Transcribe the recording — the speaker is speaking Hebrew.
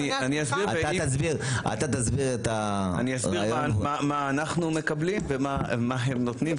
אני אסביר מה אנחנו מקבלים ומה הם נותנים,